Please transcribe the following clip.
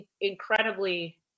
incredibly